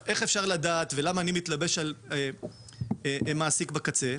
ולמה אני מתלבש על המעסיק בקצה?